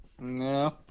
No